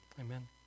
Amen